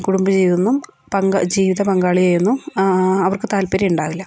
കുടുംബ ജീവിതമൊന്നും പങ്ക ജീവിത പങ്കാളിയെയൊന്നും അവർക്കു താല്പര്യമുണ്ടാവില്ല